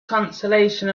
consolation